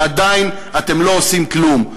ועדיין אתם לא עושים כלום.